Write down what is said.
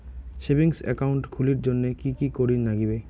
Savings account খুলির জন্যে কি কি করির নাগিবে?